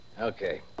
Okay